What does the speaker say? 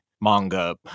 manga